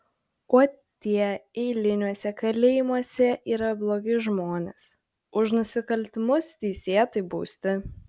o tie eiliniuose kalėjimuose yra blogi žmonės už nusikaltimus teisėtai bausti